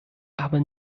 aber